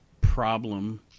problem